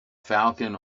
falcon